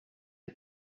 you